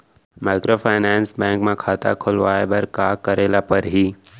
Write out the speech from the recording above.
Microfinance bank म खाता खोलवाय बर का करे ल परही?